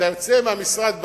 אתה יוצא מהמשרד בלילה,